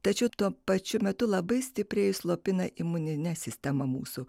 tačiau tuo pačiu metu labai stipriai slopina imuninę sistemą mūsų